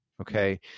Okay